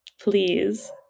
please